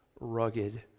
rugged